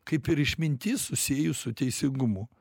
kaip ir išmintis susijus su teisingumu